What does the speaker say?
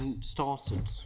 started